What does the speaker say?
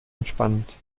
entspannt